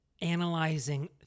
analyzing